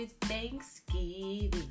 thanksgiving